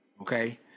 okay